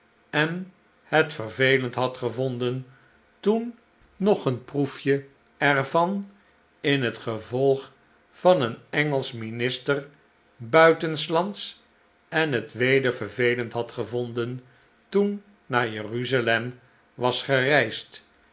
en het vervelend had gevonden toen nog een proefje er van in het gevolg van een engelsch minister buitenslands en het weder vervelend had gevonden toen naar jeruza e m was gereisd